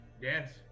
Yes